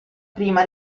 prima